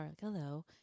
hello